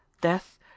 Death